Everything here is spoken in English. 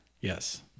yes